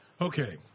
Okay